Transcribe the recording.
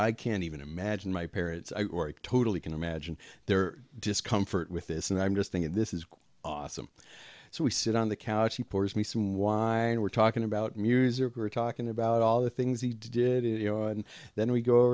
i can't even imagine my parents i totally can imagine their discomfort with this and i'm just thinking this is awesome so we sit on the couch he pours me some wine we're talking about music we're talking about all the things he did it you know and then we